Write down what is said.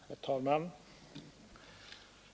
Herr talman!